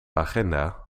agenda